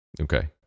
Okay